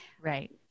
Right